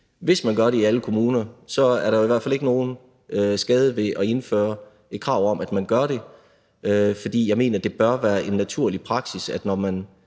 hvis man gør det i alle kommuner, sker der i hvert fald ikke nogen skade ved at indføre et krav om, at man skal gøre det, for jeg mener, at det bør være en naturlig praksis, at når man